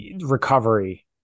recovery